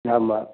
ஆமாம்